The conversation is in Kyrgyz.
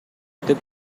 деп